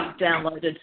downloaded